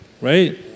right